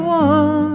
one